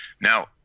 now